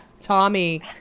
Tommy